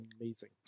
amazing